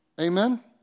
Amen